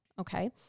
Okay